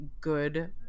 good